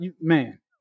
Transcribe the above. man